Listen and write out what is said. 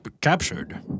captured